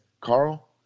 Carl